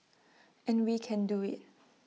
and we can do IT